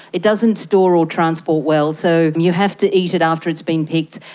it doesn't store or transport well, so you have to eat it after it's been picked.